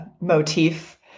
motif